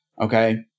okay